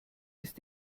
ist